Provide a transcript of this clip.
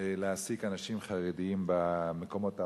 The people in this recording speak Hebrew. להעסיק אנשים חרדיים במקומות העבודה.